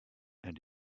and